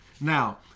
Now